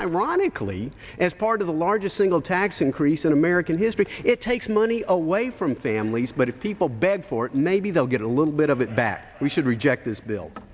ironically as part of the largest single tax increase in american history it takes money away from families but if people beg for it maybe they'll get a little bit of it back we should reject this bil